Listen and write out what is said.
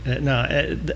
no